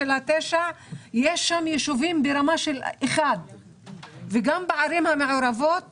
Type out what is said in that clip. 9 יש יישובים ברמה של 1. גם בערים המעורבות